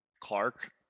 Clark